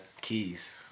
Keys